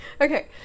Okay